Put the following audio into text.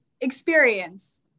experience